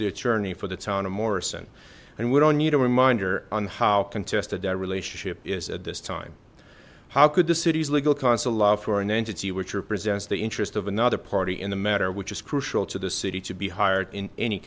the attorney for the town of morrison and we don't need a reminder on how contested that relationship is at this time how could the city's legal counsel allow for an entity which represents the interest of another party in the matter just crucial to the city to be hired in any